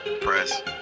press